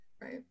right